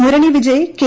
Murali Vijay K